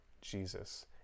Jesus